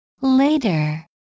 Later